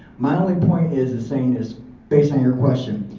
my only point is the saying is based on your question,